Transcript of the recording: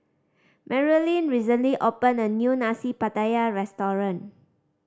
Marilynn recently opened a new Nasi Pattaya restaurant